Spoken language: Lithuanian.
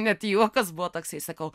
net juokas buvo toks jei sakau